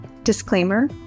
Disclaimer